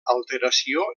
alteració